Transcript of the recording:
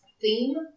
theme